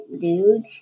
dude